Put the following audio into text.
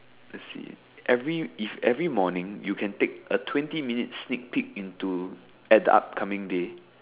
let's see every if every morning you can take a twenty minutes sneak peek into at the upcoming day